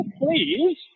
please